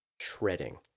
shredding